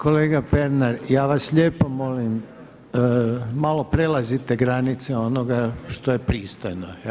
Kolega Pernar, ja vas lijepo molim, malo prelazite granice onoga što je pristojno.